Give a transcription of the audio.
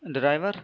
driver